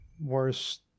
worst